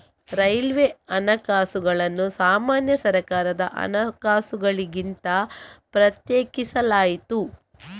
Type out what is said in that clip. railway ಹಣಕಾಸುಗಳನ್ನು ಸಾಮಾನ್ಯ ಸರ್ಕಾರದ ಹಣಕಾಸುಗಳಿಂದ ಪ್ರತ್ಯೇಕಿಸಲಾಯಿತು